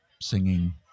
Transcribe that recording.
singing